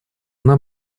нам